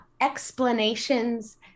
explanations